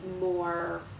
more